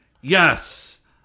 yes